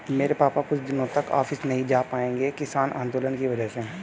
मेरे पापा कुछ दिनों तक ऑफिस नहीं जा पाए किसान आंदोलन की वजह से